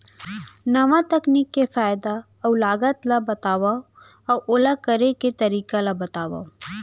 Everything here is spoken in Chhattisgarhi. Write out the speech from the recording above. नवा तकनीक के फायदा अऊ लागत ला बतावव अऊ ओला करे के तरीका ला बतावव?